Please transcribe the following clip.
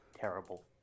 terrible